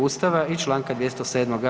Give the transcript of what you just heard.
Ustava i Članka 207.